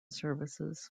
services